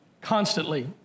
constantly